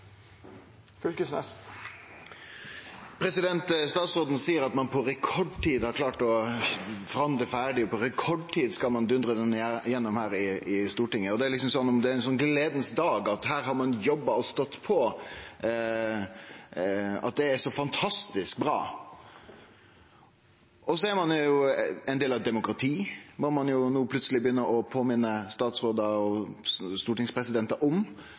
Statsråden seier at ein på rekordtid har klart å forhandle ferdig, og på rekordtid skal ein dundre dette gjennom her i Stortinget. Det er liksom ein dag for glede og fantastisk bra at ein har jobba og stått på. Så er ein jo ein del av eit demokrati – det må ein jo plutseleg begynne å minne statsrådar og stortingspresidentar om